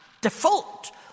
default